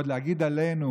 ועוד להגיד עלינו,